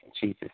Jesus